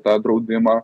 tą draudimą